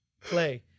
play